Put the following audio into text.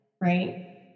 Right